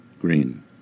Green